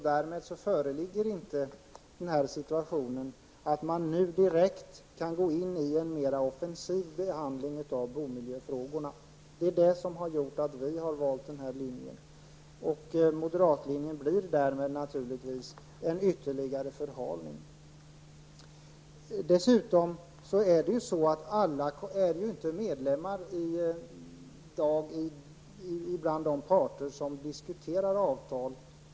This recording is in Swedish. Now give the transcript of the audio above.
Därmed föreligger inte den situationen att man nu direkt kan gå in i en mer offensiv behandling av bomiljöfrågorna. Vi har därför valt denna linje. Moderatlinjen innebär därmed naturligtvis en ytterligare förhalning. Alla är i dag inte medlemmar och företräds av de parter som diskuterar avtal.